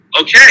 Okay